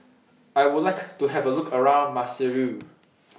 I Would like to Have A Look around Maseru